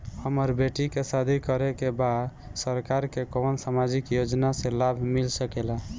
हमर बेटी के शादी करे के बा सरकार के कवन सामाजिक योजना से लाभ मिल सके ला?